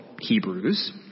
Hebrews